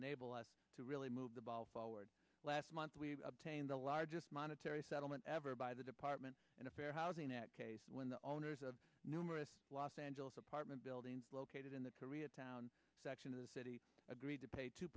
enable us to really move the ball forward last month we obtained the largest monetary settlement ever by the department and a fair housing act when the owners of numerous los angeles apartment building located in the koreatown section of the city agreed to pay two